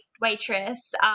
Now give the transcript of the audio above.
waitress